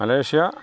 Malaysia